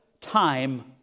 time